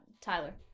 Tyler